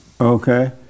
okay